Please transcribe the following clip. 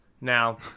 Now